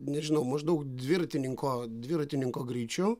nežinau maždaug dviratininko dviratininko greičiu